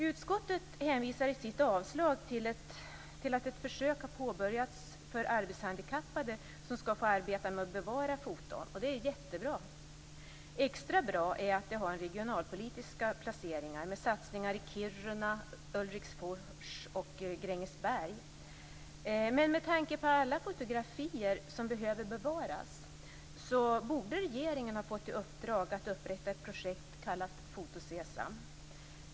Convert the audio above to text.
Utskottet hänvisar i sitt avslagsyrkande till att ett försök har påbörjats för arbetshandikappade som skall få arbeta med att bevara foton. Det är jättebra. Extra bra är att det har regionalpolitiska placeringar, med satsningar i Kiruna, Ulriksfors och Grängesberg. Med tanke på alla fotografier som behöver bevaras borde regeringen ha fått i uppdrag att upprätta ett projekt kallat Foto-Sesam.